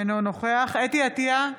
אינו נוכח חוה אתי עטייה,